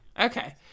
Okay